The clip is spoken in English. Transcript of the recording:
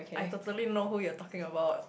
I totally know who you're talking about